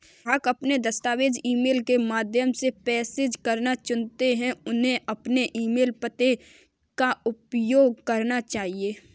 ग्राहक अपने दस्तावेज़ ईमेल के माध्यम से प्रेषित करना चुनते है, उन्हें अपने ईमेल पते का उपयोग करना चाहिए